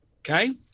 okay